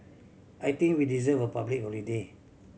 I think we deserve a public holiday